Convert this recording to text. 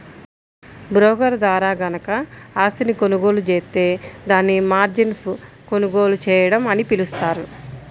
broker ద్వారా గనక ఆస్తిని కొనుగోలు జేత్తే దాన్ని మార్జిన్పై కొనుగోలు చేయడం అని పిలుస్తారు